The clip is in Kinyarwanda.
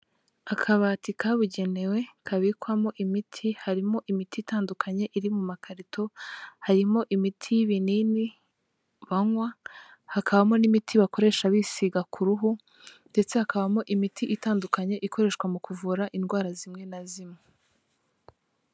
Akabati kabugenewe kabikwamo imiti, harimo imiti itandukanye iri mu makarito, harimo imiti y'ibinini banywa, hakabamo n'imiti bakoresha bisiga ku ruhu, ndetse hakabamo imiti itandukanye ikoreshwa mu kuvura indwara zimwe na zimwe.